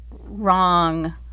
wrong